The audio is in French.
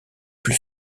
plus